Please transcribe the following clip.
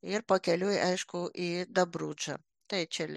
ir pakeliui aišku į dabručą tai čia le